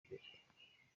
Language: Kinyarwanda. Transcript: imbere